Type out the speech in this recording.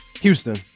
Houston